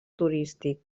turístic